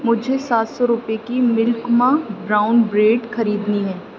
مجھے سات سو روپے کی ملک ما براؤن بریڈ خریدنی ہے